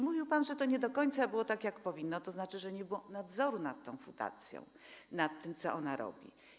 Mówił pan, że to nie do końca było tak, jak powinno być, tzn. że nie było nadzoru nad tą fundacją, nad tym, co ona robi.